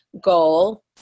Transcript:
goal